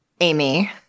Amy